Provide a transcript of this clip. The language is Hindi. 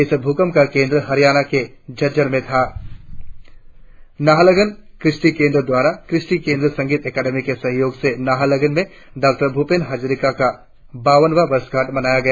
इस भूकम्प का केंद्र हरियाणा के झज्जर में था नाहरलगुन कृष्टि केंद्र द्वारा कृष्टि केंद्र संगीत अकादमी के सहयोग से नाहरलगुन में डाँ भूपेन हाजरिका का बावन वा वर्षगाठ मनाया गया